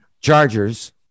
Chargers